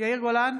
יאיר גולן,